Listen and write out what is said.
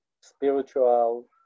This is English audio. spiritual